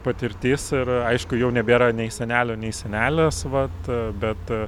patirtis ir aišku jau nebėra nei senelio nei senelės vat bet